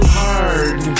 hard